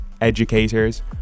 educators